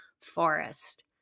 Forest